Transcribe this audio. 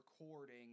recording